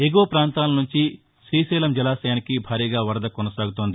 ఎగువ ప్రాంతాల నుంచి శ్రీశైలం జలాశయానికి భారీగా వరద కొనసాగుతోంది